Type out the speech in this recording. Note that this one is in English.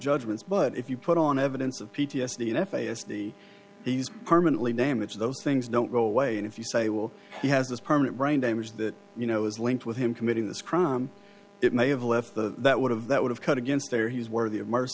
judgments but if you put on evidence of p t s d u f a s the he's permanently damaged those things don't go away and if you say will he has this permanent brain damage that you know is linked with him committing this crime it may have left the that would have that would have cut against there he was worthy of merc